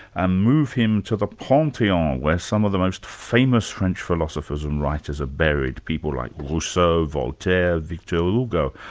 ah move him to the pantheon, where some of the most famous french philosophers and writers are buried people like rousseau, voltaire, victor hugo.